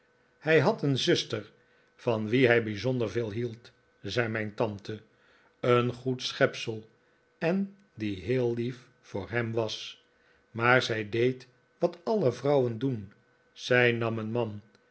hij had een zuster van wie hij bijzonder veel hield zei mijn tante een goed schepsel en die heel lief voor hem was maar zij deed wat alle vrouwen doen zij nam een man